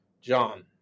John